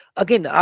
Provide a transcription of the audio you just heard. again